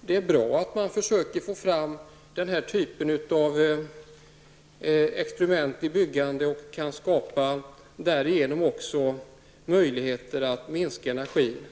Det är bra att man försöker få fram den typen av experimentbyggande och därigenom skapar möjligheter att minska energiförbrukningen.